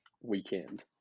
weekend